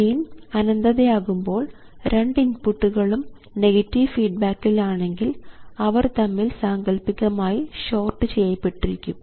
gain അനന്തത ആകുമ്പോൾ രണ്ട് ഇൻപുട്ടുകളും നെഗറ്റീവ് ഫീഡ് ബാക്കിൽ ആണെങ്കിൽ അവർ തമ്മിൽ സാങ്കൽപ്പികമായി ഷോർട്ട് ചെയ്യപ്പെട്ടിരിക്കും